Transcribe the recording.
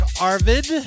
Arvid